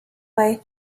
way